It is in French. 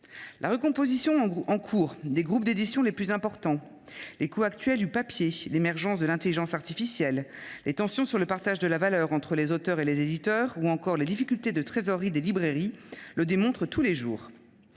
La recomposition en cours des groupes d’édition les plus importants, les coûts actuels du papier, l’émergence de l’intelligence artificielle, les tensions sur le partage de la valeur entre les auteurs et les éditeurs ou encore les difficultés de trésorerie des librairies le démontrent tous les jours.